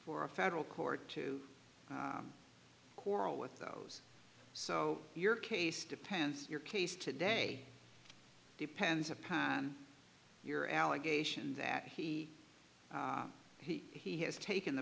for a federal court to quarrel with those so your case depends your case today depends upon your allegation that he he he has taken the